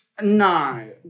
no